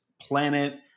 planet